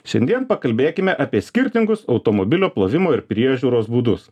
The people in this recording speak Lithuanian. šiandien pakalbėkime apie skirtingus automobilio plovimo ir priežiūros būdus